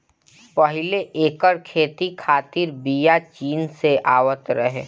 पहिले एकर खेती खातिर बिया चीन से आवत रहे